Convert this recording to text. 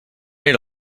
era